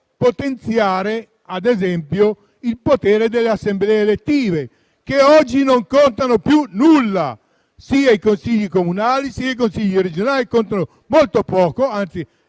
potenziare, ad esempio, il potere delle assemblee elettive, che oggi non contano più nulla: i consigli comunali e i consigli regionali contano molto poco, anzi